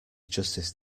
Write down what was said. justice